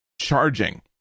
charging